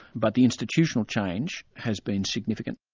but the institutional change has been significant.